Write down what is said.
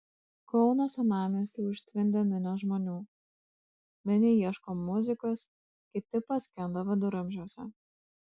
kauno senamiestį užtvindė minios žmonių vieni ieško muzikos kiti paskendo viduramžiuose